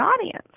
audience